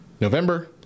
November